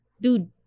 dude